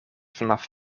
vanaf